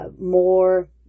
more